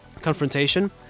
confrontation